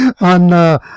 on